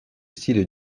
styles